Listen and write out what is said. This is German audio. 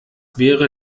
wäre